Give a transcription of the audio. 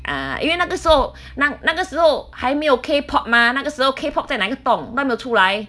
ah 因为那个时候那那个时候还没有 K pop mah 那个时候 K pop 在哪一个洞都还没有出来